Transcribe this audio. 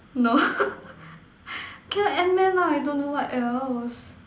no can Ant Man lah I don't know what else